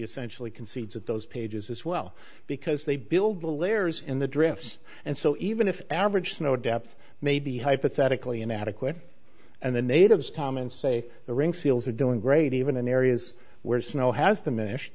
essentially concedes that those pages as well because they build the layers in the drafts and so even if average snow depth may be hypothetically inadequate and the natives tom and say the ring seals are doing great even in areas where snow has